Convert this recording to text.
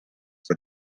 for